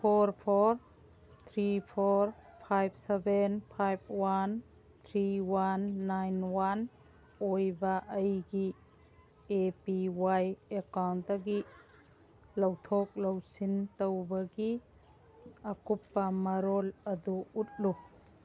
four four three four five seven five one three one nine one ꯑꯣꯏꯕ ꯑꯩꯒꯤ A P Y ꯑꯦꯛꯀꯥꯎꯟꯗꯒꯤ ꯂꯧꯊꯣꯛ ꯂꯧꯁꯤꯟ ꯇꯧꯕꯒꯤ ꯑꯀꯨꯞꯄ ꯃꯔꯣꯜ ꯑꯗꯨ ꯎꯠꯂꯨ